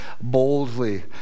boldly